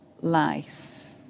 Life